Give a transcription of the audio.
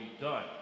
done